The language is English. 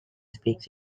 speaks